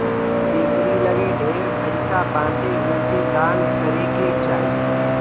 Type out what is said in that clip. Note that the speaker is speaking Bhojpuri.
जेकरी लगे ढेर पईसा बाटे ओके दान करे के चाही